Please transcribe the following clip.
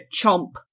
chomp